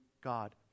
God